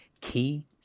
key